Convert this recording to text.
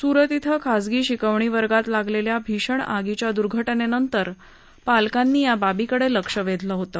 सुरत इथं खाजगी शिकवणी वर्गात लागलेल्या भीषण आगीच्या दुर्घ उनंतर पालकांनी या बाबीकडे लक्ष वेधलं होतं